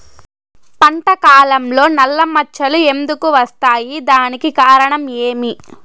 పంట కాలంలో నల్ల మచ్చలు ఎందుకు వస్తాయి? దానికి కారణం ఏమి?